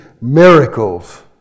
miracles